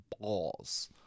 balls